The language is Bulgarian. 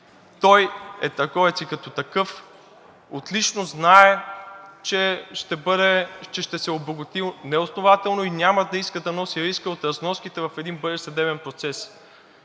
той е търговец и като такъв отлично знае, че ще се обогати неоснователно и няма да иска да носи риска от разноските в един бъдещ съдебен процес.